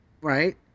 Right